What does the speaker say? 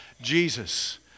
Jesus